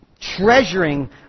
treasuring